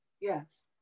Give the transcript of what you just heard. Yes